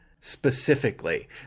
specifically